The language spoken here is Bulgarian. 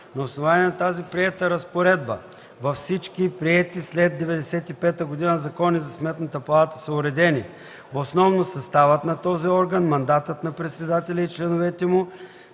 На основание тази приета разпоредба във всички приети след 1995 г. закони за Сметната палата са уредени основно съставът на този орган, мандатът на председателя и членовете му